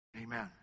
Amen